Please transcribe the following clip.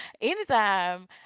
anytime